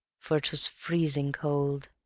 for it was freezing cold